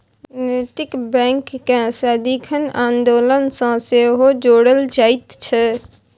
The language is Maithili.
नैतिक बैंककेँ सदिखन आन्दोलन सँ सेहो जोड़ल जाइत छै